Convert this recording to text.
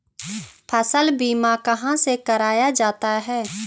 फसल बीमा कहाँ से कराया जाता है?